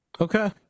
Okay